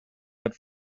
had